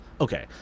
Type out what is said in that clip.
Okay